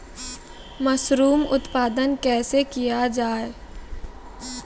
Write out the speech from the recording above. Mushroom उत्पादन कैसे किया जाय?